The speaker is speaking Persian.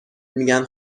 میگن